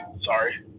sorry